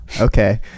Okay